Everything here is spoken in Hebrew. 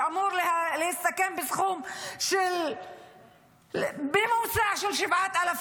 שאמורים להסתכם בתחום ממוצע של 7,000